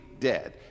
dead